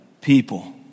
people